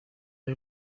های